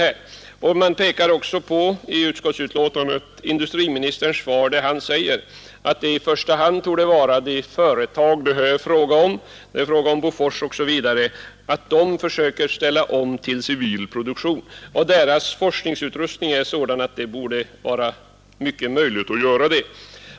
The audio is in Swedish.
I utskottsbetänkandet pekar man också på industriministerns svar där han säger, att det i första hand torde vara de företag som det här är fråga om — Bofors osv. — som får försöka ställa om till civil produktion. Deras forskningsutrustning är sådan att det borde vara mycket möjligt att göra det.